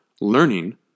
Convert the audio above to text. learning